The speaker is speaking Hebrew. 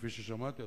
כפי ששמעתי,